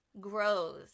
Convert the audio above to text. Grows